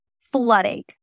flooding